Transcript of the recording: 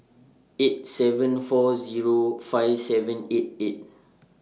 eight seven four Zero five seven eight eight